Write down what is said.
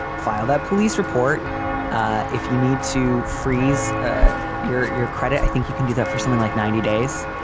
file that police report ah if you need to freeze ah your your credit. i think you can do that for something like ninety days.